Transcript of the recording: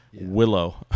Willow